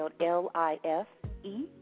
L-I-F-E